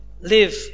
live